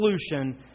solution